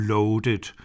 Loaded